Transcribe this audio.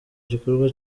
gikorwa